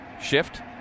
shift